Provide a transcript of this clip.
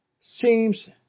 seems